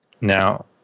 Now